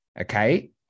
okay